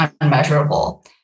unmeasurable